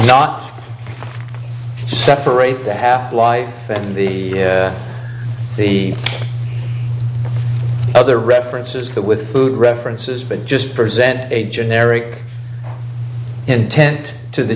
not separate the half life and the the other references to the with food references but just present a generic intent to the